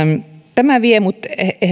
tämä vie minut